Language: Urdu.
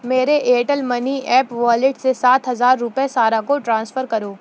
میرے ایرٹیل منی ایپ والیٹ سے سات ہزار روپے سارہ کو ٹرانسفر کرو